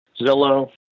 Zillow